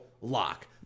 lock